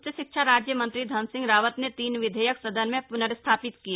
उच्च शिक्षा राज्य मंत्री धन सिंह रावत ने तीन विधेयक सदन में प्नर्स्थापित किए